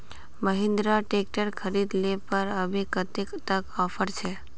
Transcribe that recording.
Mahindra tractor खरीद ले पर अभी कतेक तक ऑफर छे?